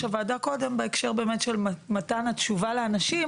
הוועדה קודם בהקשר למתן התשובה לאנשים,